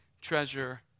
treasure